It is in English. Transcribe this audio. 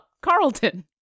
Carlton